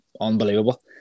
unbelievable